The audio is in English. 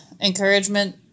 encouragement